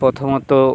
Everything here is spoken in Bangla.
প্রথমত